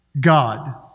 God